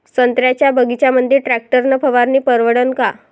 संत्र्याच्या बगीच्यामंदी टॅक्टर न फवारनी परवडन का?